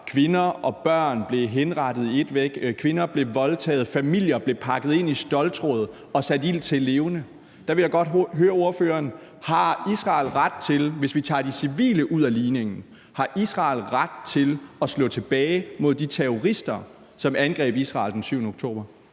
kvinder og børn blev henrettet i et væk, hvor kvinder blev voldtaget, og hvor familier blev pakket ind i ståltråd og sat ild til levende. Der vil jeg godt høre ordføreren: Har Israel ret til, hvis vi tager de civile ud af ligningen, at slå tilbage mod de terrorister, som angreb Israel den 7. oktober?